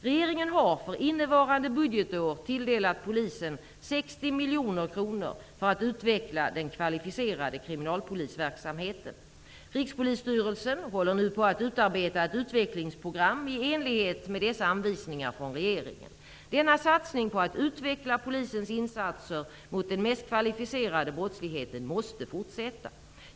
Regeringen har för innevarande budgetår tilldelat polisen 60 miljoner kronor för att utveckla den kvalificerade kriminalpolisverksamheten. Rikspolisstyrelsen håller nu på att utarbeta ett utvecklingsprogram i enlighet med dessa anvisningar från regeringen. Denna satsning på att utveckla polisens insatser mot den mest kvalificerade brottsligheten måste fortsätta.